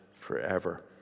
forever